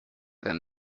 than